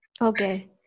Okay